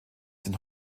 sind